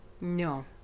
No